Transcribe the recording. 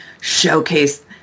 showcase